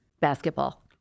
Basketball